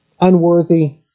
unworthy